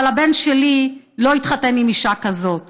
אבל הבן שלי לא יתחתן עם אישה כזאת.